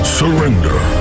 surrender